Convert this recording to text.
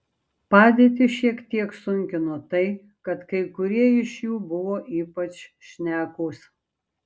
padėtį šiek tiek sunkino tai kad kai kurie iš jų buvo ypač šnekūs